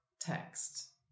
text